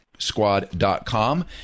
squad.com